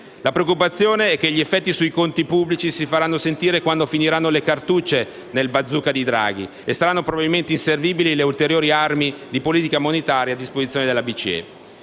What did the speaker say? La preoccupazione è che gli effetti sui conti pubblici si faranno sentire quando finiranno le cartucce del *bazooka* di Draghi e saranno probabilmente inservibili le ulteriori armi di politica monetaria a disposizione della Banca